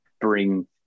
bring